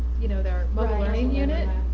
you know our mobile learning unit.